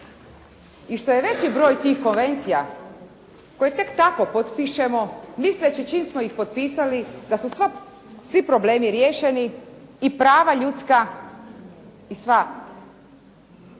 I što je veći broj tih konvencija koje tek tako potpišemo misleći čim smo ih potpisali da su svi problemi riješeni i prava ljudska i sva